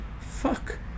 fuck